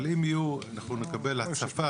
אבל אם נקבל הצפה,